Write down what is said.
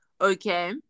Okay